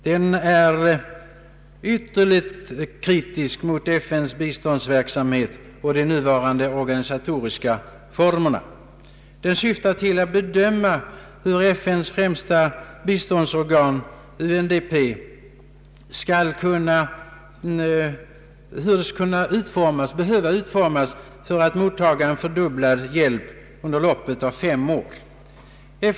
Den är ytterligt kritisk mot FN:s biståndsverksamhet och de nuvarande organisatoriska formerna. Den syftar till att bedöma hur FN:s främsta biståndsorgan UNDP skall behöva ändras och utformas för att mottaga en fördubblad hjälp under loppet av fem år.